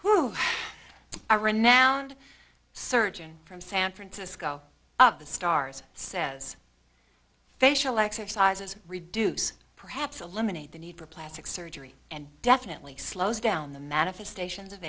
who a renowned surgeon from san francisco of the stars says facial exercises reduce perhaps a lemonade the need for plastic surgery and definitely slows down the manifestations of